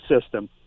system